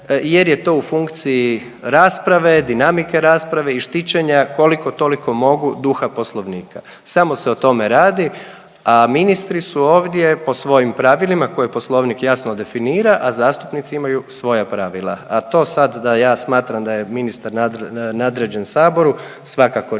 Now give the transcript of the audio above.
jer je to u funkciji rasprave, dinamike rasprave i štićenja koliko toliko mogu duha poslovnika. Samo se o tome radi, a ministricu ovdje po svojim pravilima koje poslovnik jasno definira, a zastupnici imaju svoja pravila. A to sad da ja smatram da je ministar nadređen Saboru svakako nije.